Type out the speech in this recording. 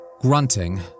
Grunting